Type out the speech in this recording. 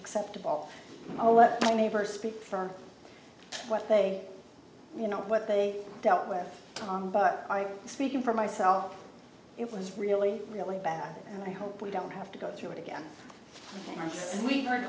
acceptable i'll let the neighbors speak for what they you know what they dealt with but i speaking for myself it was really really bad and i hope we don't have to go through it again and we